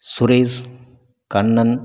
Suresh Kannan